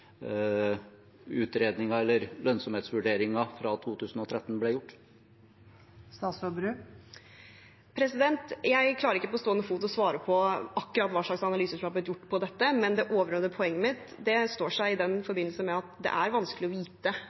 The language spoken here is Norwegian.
fra 2013 ble gjort. Jeg klarer ikke på stående fot å svare på akkurat hva slags analyser som har blitt gjort på dette, men det overordnede poenget mitt står seg i den forbindelse, at det er vanskelig å vite